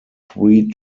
three